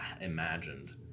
imagined